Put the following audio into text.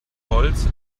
holz